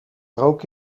rook